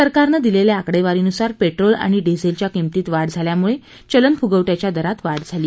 सरकारने दिलेल्या आकडेवारीनुसार पेट्रोल आणि डिझेलच्या किंमतीत वाढ झाल्यामुळे चालनफुगवट्याच्या दरात वाढ झाली